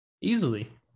Easily